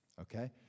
okay